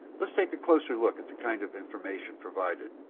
let's take a closer look at the kind of information provided.